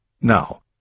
Now